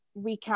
recap